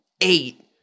eight